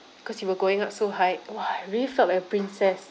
cause you were going up so high !wah! I really felt like a princess